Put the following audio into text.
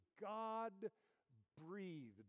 God-breathed